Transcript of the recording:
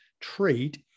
trait